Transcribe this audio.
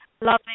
loving